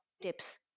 tips